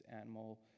animal